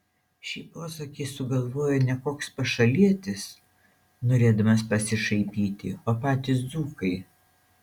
šį posakį sugalvojo ne koks pašalietis norėdamas pasišaipyti o patys dzūkai